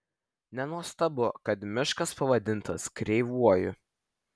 nenuostabu kad miškas pavadintas kreivuoju